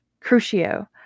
Crucio